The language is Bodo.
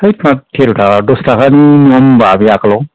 हैथ मा थेर'थाखा बरा दसथाखानि मोनना होनबा बे आगोल आव